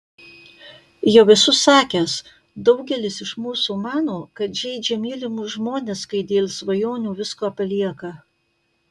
jau esu sakęs daugelis iš mūsų mano kad žeidžia mylimus žmones kai dėl svajonių viską palieka